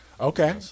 okay